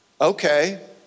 okay